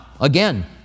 again